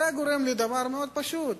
זה היה גורם לדבר מאוד פשוט,